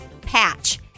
patch